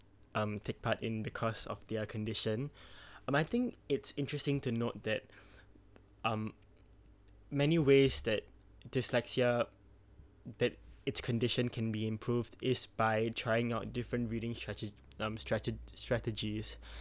um take part in because of their condition um I think it's interesting to note that um many ways that dyslexia that its condition can be improved is by trying out different readings strateg~ um strateg~ strategies